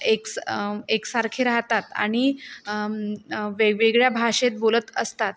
एक एकसारखे राहतात आणि वेगवेगळ्या भाषेत बोलत असतात